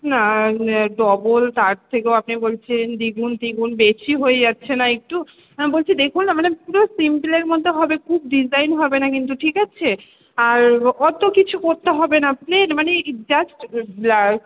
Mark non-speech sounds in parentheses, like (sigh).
না ডবল তার থেকেও আপনি বলছেন দ্বিগুণ তিনগুণ বেশি হয়ে যাচ্ছেনা একটু না বলছি দেখুন না মানে পুরো সিম্পলের মধ্যে হবে খুব ডিজাইন হবেনা কিন্তু ঠিক আছে আর অত কিছু করতে হবেনা প্লেন মানে জাস্ট (unintelligible)